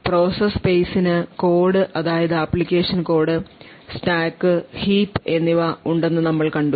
process സ്പേസിന് code അതായത് application code stack heap എന്നിവ ഉണ്ടെന്നു നമ്മൾ കണ്ടു